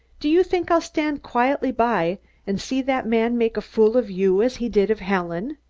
do you think i'll stand quietly by and see that man make a fool of you as he did of helen?